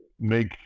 make –